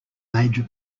major